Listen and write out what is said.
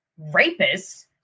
rapists